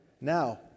Now